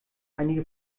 einige